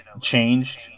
changed